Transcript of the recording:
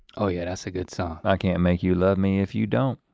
oh, yeah, that's a good song. i can't make you love me if you don't.